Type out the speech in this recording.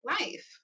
life